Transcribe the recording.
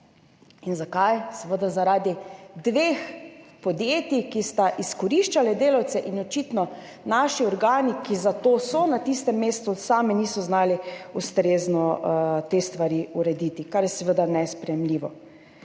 Zakaj? Seveda zaradi dveh podjetij, ki sta izkoriščali delavce in očitno naši organi, ki so zato na tistem mestu, sami niso znali ustrezno urediti te stvari, kar je seveda nesprejemljivo.